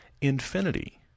Infinity